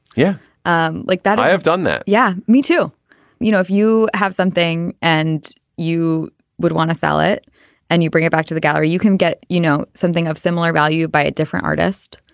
yeah um like that i have done that. yeah me too you know if you have something and you would want to sell it and you bring it back to the gallery you can get you know something of similar value by a different artist.